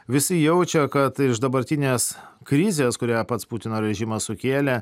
visi jaučia kad iš dabartinės krizės kurią pats putino režimas sukėlė